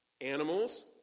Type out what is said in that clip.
animals